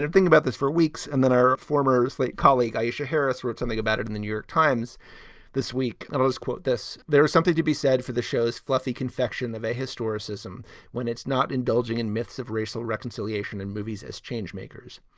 think about this for weeks and then our former slate colleague, aisha harris, wrote something about it in the new york times this week that shows, quote this there is something to be said for the show's fluffy confection of a historicism when it's not indulging in myths of racial reconciliation in movies as change makers,